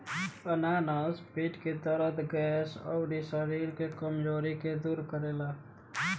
अनानास पेट के दरद, गैस, अउरी शरीर के कमज़ोरी के दूर करेला